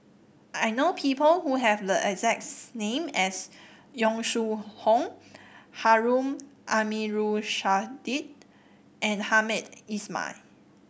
I know people who have the exact name as Yong Shu Hoong Harun Aminurrashid and Hamed Ismail